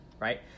right